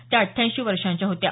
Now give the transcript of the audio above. त्या अठ्ठ्याऐंशी वर्षांच्या होत्या